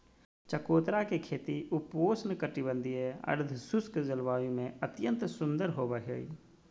चकोतरा के खेती उपोष्ण कटिबंधीय, अर्धशुष्क जलवायु में अत्यंत सुंदर होवई हई